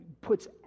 puts